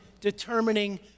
determining